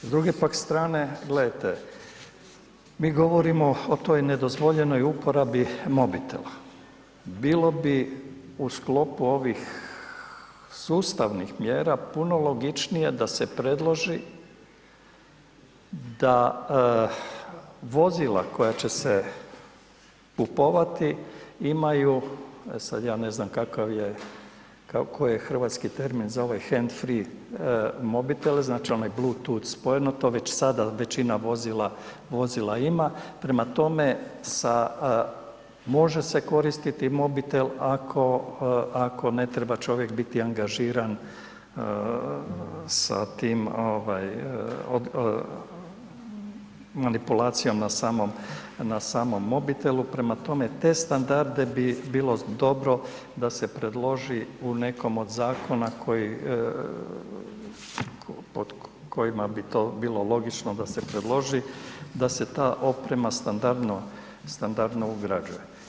S druge pak strane gledajte, mi govorimo o toj nedozvoljenoj uporabi mobitela, bilo bi u sklopu ovih sustavnih mjera puno logičnije da se predloži da vozila koja će se kupovati imaju, e sad ja ne znam kakav je, koji je hrvatski termin za ovaj hand free mobitel, znači onaj bluetooth spojeno, to već sada većina vozila ima, prema tome sa može se koristiti mobitel ako, ako ne treba čovjek biti angažiran sa tim ovaj manipulacijama na samom mobitelu, prema tome te standarde bi bilo dobro da se predloži u nekom od zakona koji pod kojima bi to bilo logično da se predloži, da se ta oprema standardno, standardno ugrađuje.